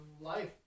life